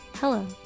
Hello